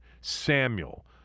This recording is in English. Samuel